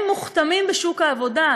הם מוכתמים בשוק העבודה,